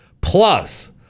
Plus